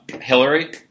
Hillary